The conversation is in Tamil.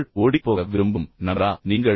மக்கள் ஓடிப்போக விரும்பும் நபரா நீங்கள்